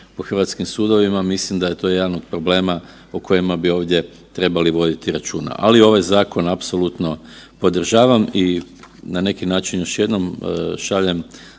u hrvatskim sudovima. Mislim da je to jedan od problema o kojima bi ovdje trebali voditi računa. Ali ovaj zakon apsolutno podržavam i na neki način još jednom šaljem